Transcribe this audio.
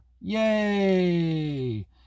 yay